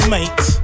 Mate